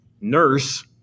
nurse